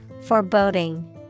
Foreboding